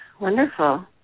Wonderful